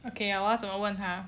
okay 我要怎么问他